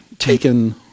taken